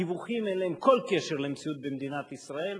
הדיווחים, אין להם כל קשר למציאות במדינת ישראל.